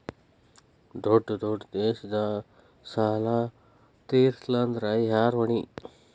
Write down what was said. ದೊಡ್ಡ ದೊಡ್ಡ ದೇಶದ ಸಾಲಾ ತೇರಸ್ಲಿಲ್ಲಾಂದ್ರ ಯಾರ ಹೊಣಿ?